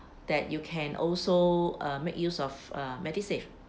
that you can also uh make use of uh MediSave